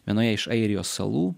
vienoje iš airijos salų